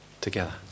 Together